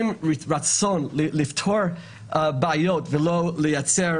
עם רצון לפתור בעיות ולא לייצר